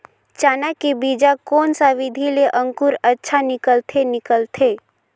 चाना के बीजा कोन सा विधि ले अंकुर अच्छा निकलथे निकलथे